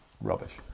Rubbish